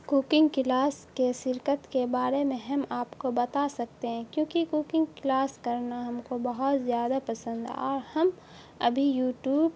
cooking class کے شرکت کے بارے میں ہم آپ کو بتا سکتے ہیں کیوںکہ کوکنگ کلاس کرنا ہم کو بہت زیادہ پسند اور ہم ابھی یوٹوب